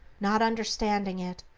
not understanding it,